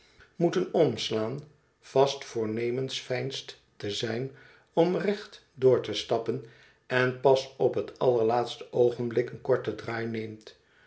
moeten omslaan vast voornemens veinst té zijn om recht door te stappen en pas op het allerlaatste oogenblik een korten